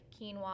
quinoa